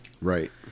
Right